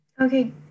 Okay